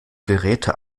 geräte